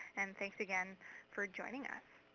and thanks again for joining us.